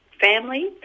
family